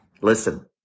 listen